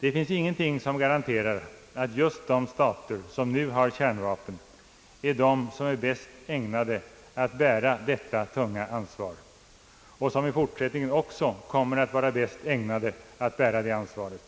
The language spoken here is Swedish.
Det finns ingenting som garanterar att just de stater som nu har kärnvapen är de som bäst är ägnade att bära detta tunga ansvar och som i fortsättningen också kommer att vara bäst ägnade att bära det ansvaret.